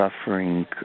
suffering